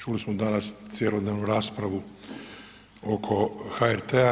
Čuli smo danas cjelodnevnu raspravu oko HRT-a.